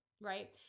right